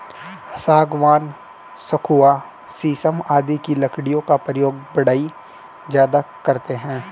सागवान, सखुआ शीशम आदि की लकड़ियों का प्रयोग बढ़ई ज्यादा करते हैं